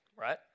right